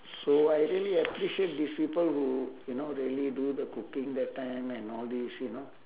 so I really appreciate these people who you know really do the cooking that time and all these you know